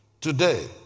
today